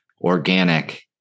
organic